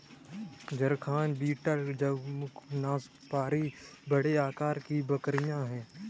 जरखाना बीटल जमुनापारी बड़े आकार की बकरियाँ हैं